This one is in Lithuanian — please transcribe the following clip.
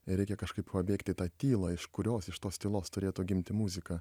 ir reikia kažkaip pabėgti į tą tylą iš kurios iš tos tylos turėtų gimti muzika